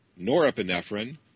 norepinephrine